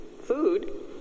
food